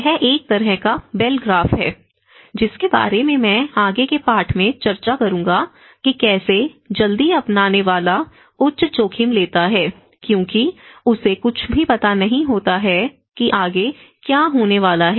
यह एक तरह का बेल ग्राफ़ है जिसके बारे में मैं आगे के पाठ में चर्चा करूंगा कि कैसे जल्दी अपनाने वाला उच्च जोखिम लेता है क्योंकि उसे कुछ भी पता नहीं होता है कि आगे क्या होने वाला है